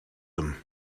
them